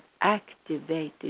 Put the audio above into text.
activated